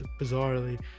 bizarrely